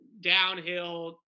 downhill